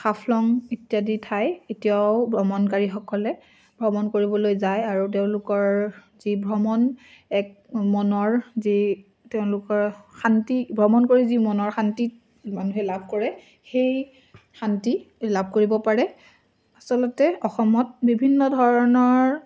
হাফলং ইত্যাদি ঠাই এতিয়াও ভ্ৰমণকাৰীসকলে ভ্ৰমণ কৰিবলৈ যায় আৰু তেওঁলোকৰ যি ভ্ৰমণ এক মনৰ যি তেওঁলোকৰ শান্তি ভ্ৰমণ কৰি যি মনৰ শান্তিত মানুহে লাভ কৰে সেই শান্তি লাভ কৰিব পাৰে আচলতে অসমত বিভিন্ন ধৰণৰ